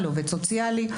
לעובד סוציאלי.